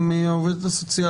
של קהילות שונות.